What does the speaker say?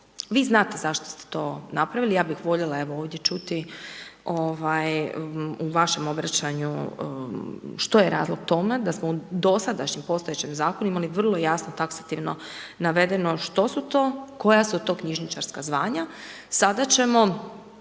Vi znate zašto ste to napravili, ja bih voljela ovdje evo čuti, u vašem obećanju što je razlog tome da smo u dosadašnjem postojećem zakonu imali vrlo jasno taksativno navedeno što su to, koja su to knjižničarska zvanja.